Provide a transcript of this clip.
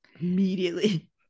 immediately